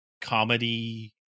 comedy